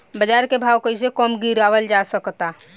बाज़ार के भाव कैसे कम गीरावल जा सकता?